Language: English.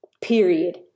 period